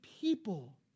people